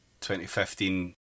2015